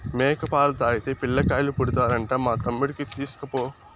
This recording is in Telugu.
మేక పాలు తాగితే పిల్లకాయలు పుడతారంట మా తమ్ముడికి తీస్కపో